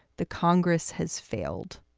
the congress has failed